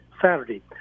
Saturday